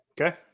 Okay